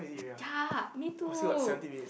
ya me too